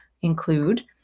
include